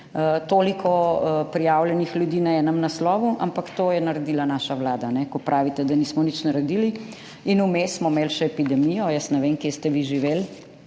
toliko prijavljenih ljudi na enem naslovu, ampak to je naredila naša vlada. Ko pravite, da nismo nič naredili. In vmes smo imeli še epidemijo. Ne vem, kje ste vi živeli,